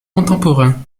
contemporain